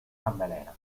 maddalena